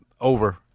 over